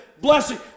blessing